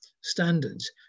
standards